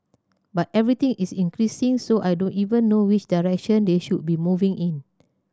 but everything is increasing so I don't even know which direction they should be moving in